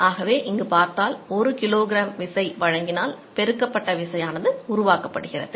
ஆகவே இங்கு பார்த்தால் 1kg விசை வழங்கினால் பெருக்கப்பட்ட விசையானது உருவாக்கப்படுகிறது